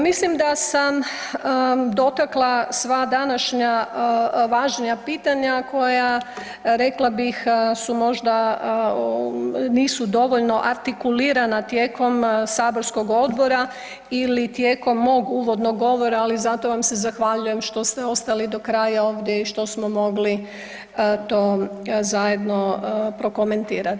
Mislim da sam dotakla sva današnja važnija pitanja koja rekla bih možda nisu dovoljno artikulirana tijekom saborskog odbora ili tijekom mog uvodnog govora, ali zato vam se zahvaljujem što ste ostali do kraja ovdje i što smo mogli to zajedno prokomentirati.